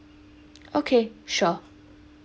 okay sure